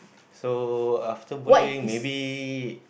so after bowling maybe